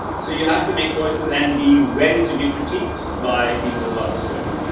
so you have to make choices and be ready to be critiqued by people about the sources.